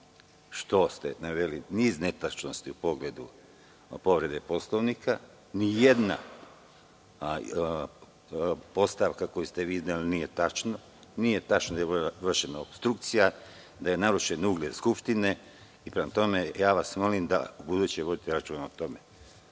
što ste naveli niz netačnosti u pogledu povrede Poslovnika. Nijedna postavka koju ste vi izneli nije tačna. Nije tačno da je vršena opstrukcije, da je narušen ugled Skupštine. Prema tome, molim vas, da ubuduće vodite računa o